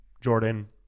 Jordan